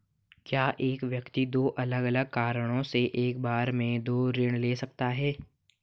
क्या एक व्यक्ति दो अलग अलग कारणों से एक बार में दो ऋण ले सकता है?